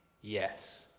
Yes